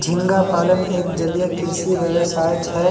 झींगा पालन एक जलीय कृषि व्यवसाय छे